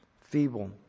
feeble